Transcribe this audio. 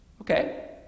Okay